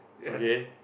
okay